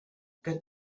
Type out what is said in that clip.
good